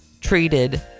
treated